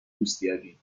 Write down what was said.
دوستیابی